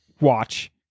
watch